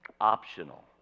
optional